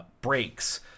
breaks